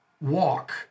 walk